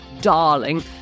darling